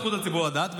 זכות הציבור לדעת,